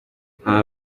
nta